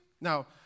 Now